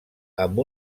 amb